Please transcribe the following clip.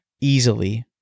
easily